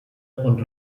und